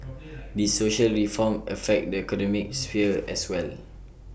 these social reforms affect the economic sphere as well